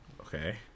Okay